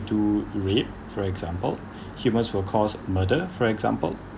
do read for example humans will cause murder for example